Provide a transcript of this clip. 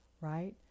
Right